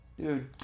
Dude